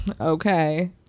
okay